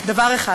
דבר אחד,